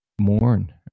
mourn